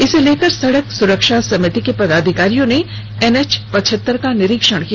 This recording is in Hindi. इसे लेकर सड़क सुरक्षा समिति के पदाधिकारियों ने एनएच पचहत्तर का निरीक्षण किया